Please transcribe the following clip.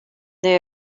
they